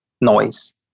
noise